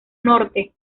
norte